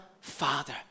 Father